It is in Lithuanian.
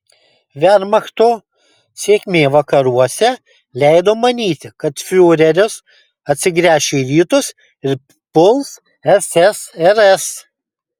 vermachto sėkmė vakaruose leido manyti kad fiureris atsigręš į rytus ir puls ssrs